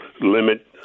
limit